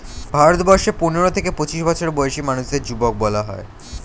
ভারতবর্ষে পনেরো থেকে পঁচিশ বছর বয়সী মানুষদের যুবক বলা হয়